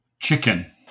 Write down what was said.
Chicken